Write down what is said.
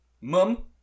Mum